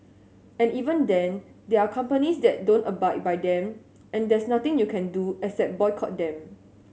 and even then there are companies that don't abide by them and there's nothing you can do except boycott them